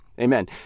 amen